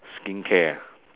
skincare ah